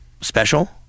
special